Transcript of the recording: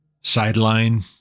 sideline